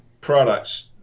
products